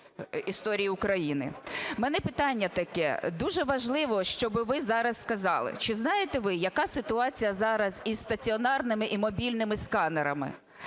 історії України. У мене питання таке. Дуже важливо, щоб ви зараз сказали: чи знаєте ви, яка ситуація зараз із стаціонарними і мобільними сканерами?